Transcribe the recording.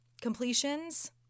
completions